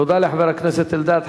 תודה לחבר הכנסת אלדד.